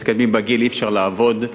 כשמתקדמים בגיל אי-אפשר לעבוד.